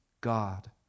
God